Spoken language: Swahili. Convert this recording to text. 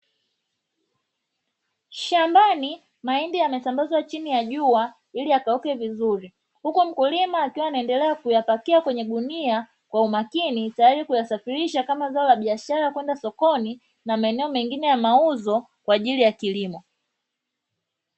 Shambani mahindi yamesambazwa chini ya jua ili yakauke vizuri, huku mkulima akiendelea kuyapakia kwenye magunia kwa umakini tayari kuyasafirisha kama zao la biashara kwenda sokoni na maeneo mengine kwa ajili ya kilimo.